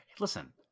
listen